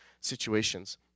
situations